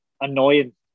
annoying